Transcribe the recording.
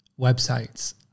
websites